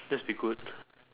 that's be good